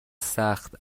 سخت